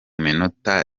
minota